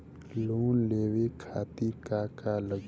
Loan लेवे खातीर का का लगी?